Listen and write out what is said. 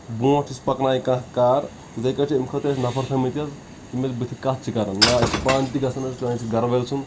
برٛونٛٹھ یُس پکنایہِ کانٛہہ کار یِتھٕے کٔنۍ چھِ امہِ خٲطرٕ چِھ نَفر تھٔومٕتۍ یِم اسہِ بُتھِ کَتھ چھِ کَرٕنۍ یا أسۍ چھِ پانہٕ تہِ گژھان کٲنٛسہِ گرٕ وٲلۍ سُنٛد